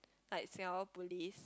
like Singapore bullies